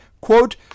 quote